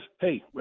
hey